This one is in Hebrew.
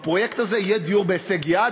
בפרויקט הזה יהיו דיור בהישג יד,